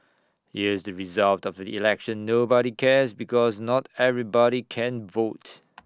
here's the result of the election nobody cares because not everybody can vote